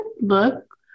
look